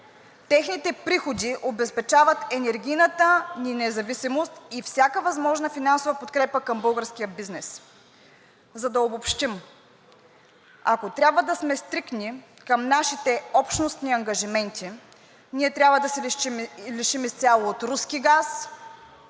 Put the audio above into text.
Техните приходи обезпечават енергийната ни независимост и всяка възможна финансова подкрепа към българския бизнес. За да обобщим, ако трябва да сме стриктни към нашите общностни ангажименти, ние трябва да се лишим изцяло от руски газ,